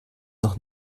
noch